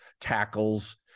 tackles